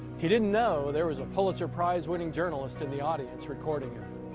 he didn't know there was a pulitzer prize winning journalist in the audience recording him.